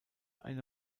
eine